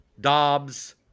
Dobbs